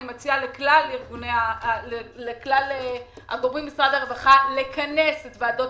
אני מציעה לכלל האנשים במשרד הרווחה לכנס את ועדות